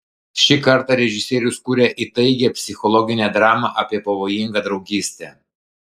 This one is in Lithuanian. šį kartą režisierius kuria įtaigią psichologinę dramą apie pavojingą draugystę